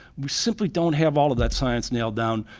we simply don't have all of that science nailed down,